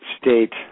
State